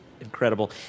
Incredible